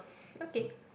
okay